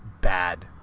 bad